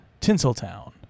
Tinseltown